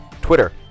Twitter